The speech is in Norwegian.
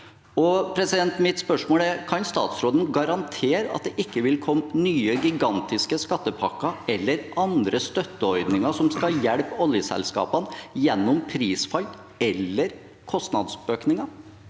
art. Mitt spørsmål er: Kan statsråden garantere at det ikke vil komme nye, gigantiske skattepakker eller andre støtteordninger som skal hjelpe oljeselskapene gjennom prisfall eller kostnadsøkninger?